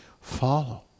follow